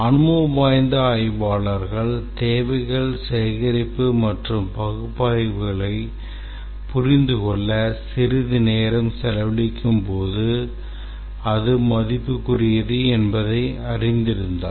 அனுபவம் வாய்ந்த ஆய்வாளர் தேவைகள் சேகரிப்பு மற்றும் பகுப்பாய்வுகளைப் புரிந்துகொள்ள சிறிது நேரம் செலவழிக்கும்போது அது மதிப்புக்குரியது என்பதை அறிந்திருந்தார்